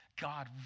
God